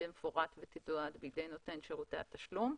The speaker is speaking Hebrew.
במפורט ותתועד בידי נותן שירותי התשלום.